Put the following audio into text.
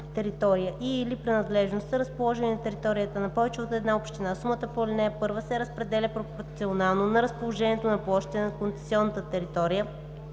територия и/или принадлежност са разположени на територията на повече от една община, сумата по ал. 1 се разпределя пропорционално на разположението на площите на концесионната територия